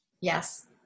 Yes